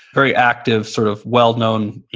very active, sort of well-known,